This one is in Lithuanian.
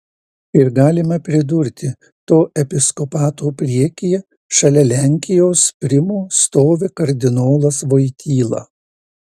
ir galima pridurti to episkopato priekyje šalia lenkijos primo stovi kardinolas voityla